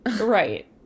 Right